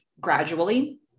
gradually